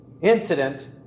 incident